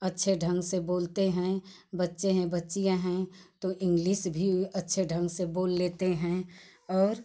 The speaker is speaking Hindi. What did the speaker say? अच्छे ढंग से बोलते हैं बच्चे हैं बच्चियाँ हैं तो इंग्लिस भी अच्छे ढंग से बोल लेते हैं और